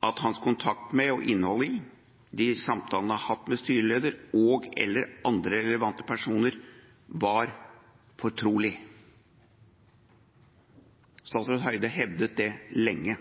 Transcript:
at hans kontakt med og innholdet i de samtalene han har hatt med styreleder og/eller andre relevante personer, var fortrolig. Statsråd Høie hevdet det lenge.